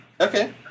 Okay